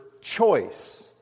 choice